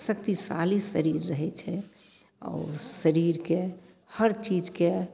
शक्तिशाली शरीर रहय छै आओर शरीरके हर चीजके